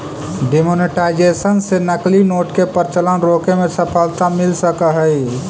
demonetisation से नकली note के प्रचलन रोके में सफलता मिल सकऽ हई